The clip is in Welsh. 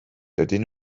dydyn